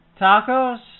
Tacos